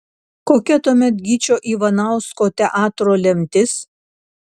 kokia tuomet gyčio ivanausko teatro lemtis